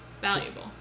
valuable